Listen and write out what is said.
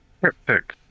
Perfect